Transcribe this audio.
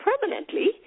permanently